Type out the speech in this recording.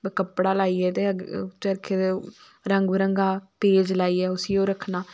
कपड़ा लाइयै ते चरखे दे रंग बरंगा पेज लाइयै उसी ओह् रक्खना